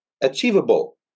achievable